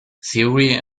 theory